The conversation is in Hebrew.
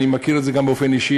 אני מכיר את זה גם באופן אישי,